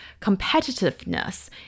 competitiveness